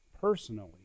personally